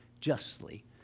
justly